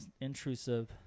intrusive